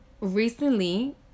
recently